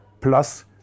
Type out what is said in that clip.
plus